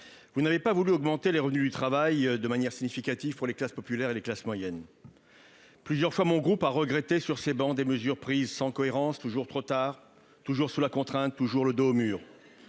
vous n'avez pas voulu augmenter les revenus du travail de manière significative pour les classes populaires et les classes moyennes. Plusieurs fois, mon groupe a regretté sur ces travées des mesures prises sans cohérence, toujours trop tard, toujours sous la contrainte, toujours le dos au mur.